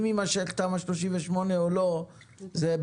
אם יימשך תמ"א 38 זה בסדר,